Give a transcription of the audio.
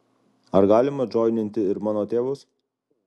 ar galima džoininti ir mano tėvus